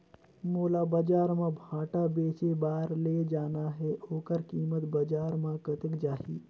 मोला बजार मां भांटा बेचे बार ले जाना हे ओकर कीमत बजार मां कतेक जाही?